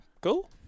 cool